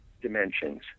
dimensions